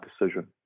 decision